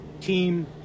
team